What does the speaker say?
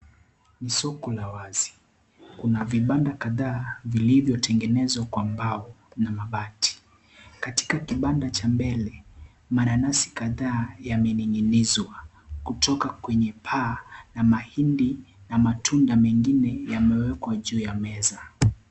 Ni soko la wazi kuna vibanda kadhaa vilivyotengenezwa kwa mbao na mabati . Katika kibanda cha mbele mananasi kadhaa yamening'inizwa kutoka kwenye paa na mahindi na matunda mengine yamewekwa juu ya meza.